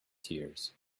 tears